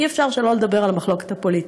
אי-אפשר שלא לדבר על המחלוקת הפוליטית.